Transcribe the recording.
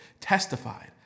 testified